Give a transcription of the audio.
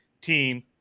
team